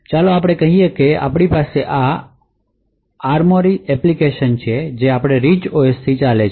તો ચાલો આપણે કહીએ કે આપણી પાસે આ ARMORY એપ્લિકેશન છે જે આપણા રિચ ઓએસથી ચાલે છે